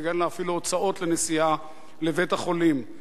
אפילו הוצאות לנסיעה לבית-החולים.